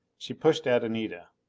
she pushed at anita.